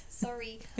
Sorry